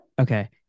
Okay